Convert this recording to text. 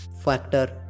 factor